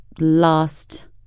last